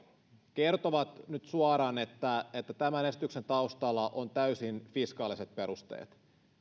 kertovat nyt suoraan että että tämän esityksen taustalla on täysin fiskaaliset perusteet